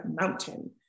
mountain